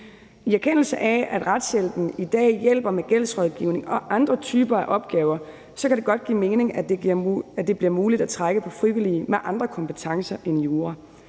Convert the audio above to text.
I erkendelse af at retshjælpen i dag hjælper med gældsrådgivning og andre typer af opgaver, kan det godt give mening, at det bliver muligt at trække på frivillige med andre kompetencer end jura.